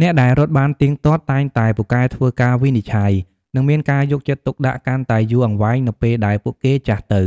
អ្នកដែលរត់បានទៀងទាត់ តែងតែពូកែធ្វើការវិនិច្ឆ័យ និងមានការយកចិត្តទុកដាក់កាន់តែយូរអង្វែងនៅពេលដែលពួកគេចាស់ទៅ